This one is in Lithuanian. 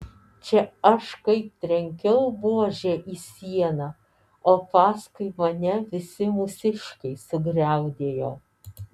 čia aš kaip trenkiau buože į sieną o paskui mane visi mūsiškiai sugriaudėjo